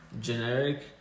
generic